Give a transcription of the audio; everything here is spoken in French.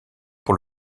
pour